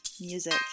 music